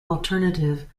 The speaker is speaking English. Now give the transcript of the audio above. alternative